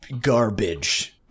garbage